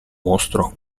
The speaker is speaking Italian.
mostro